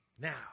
Now